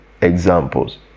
examples